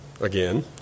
again